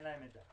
אין להן מידע,